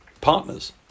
partners